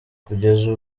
kugeza